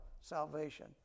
salvation